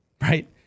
right